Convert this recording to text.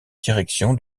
direction